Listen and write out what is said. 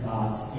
God's